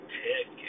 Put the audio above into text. tick